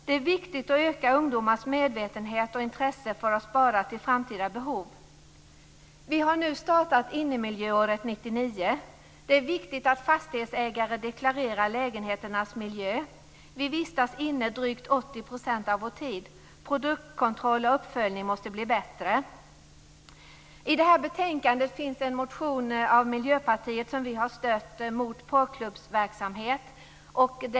Det är viktigt att öka ungdomars medvetenhet och intresse för att spara till framtida behov. Vi har nu startat Innemiljöåret 99. Det är viktigt att fastighetsägare deklarerar lägenheternas miljö. Vi vistas inne drygt 80 % av vår tid. Produktkontroll och uppföljning måste bli bättre. - och som vi har stött - mot porrklubbsverksamhet.